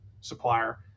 supplier